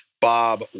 Bob